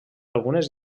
algunes